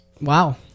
Wow